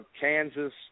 Kansas